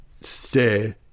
stay